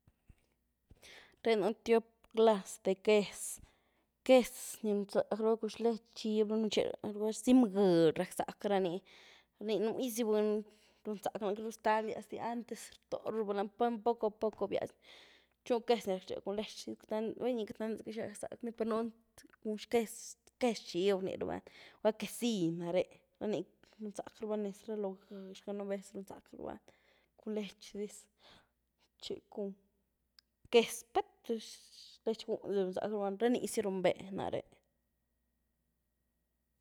Réh nú tiop clazy de quéez, quéez ni riunzáck rabá cul xlech chiv, ni riuntxe rabá rzim-gëly rakzack rani, ni núgy zy buny riunzack rany queity rú ztaliazdy, antes rtóru raba lani, pát poco a poco bíaz-ny, txi nú quéez ni racktxé cun lech bëiny queity nandia xinazá rackzack ni, per nu’ni cun xquéez-quéez chiv rní raba lany, gulá quesill náre, ra ni riunzack rabá nez ra loh gëx ga, núi vez riunzack raba lany cun lech diz txi cun quéez pétxlech gúhn riunzack raba lany, rá nizy riumbé narée.